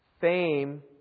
Fame